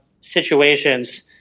situations